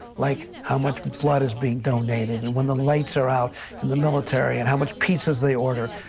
like how much blood is being donated, and when the lights are out in the military, and how much pizzas they ordered,